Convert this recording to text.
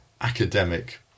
academic